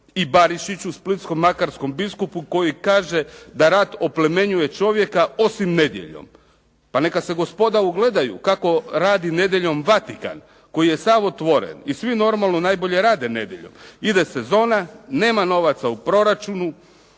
i Barišiću splitsko-makarskom biskupu koji kaže da rad oplemenjuje čovjeka osim nedjeljom. Pa neka se gospoda ugledaju kako radi nedjeljom Vatikan koji je sav otvoren i svi normalno najbolje rade nedjeljom. Ide sezona, nema novaca u proračunu